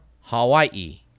Hawaii